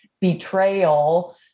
betrayal